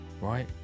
right